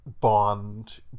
bond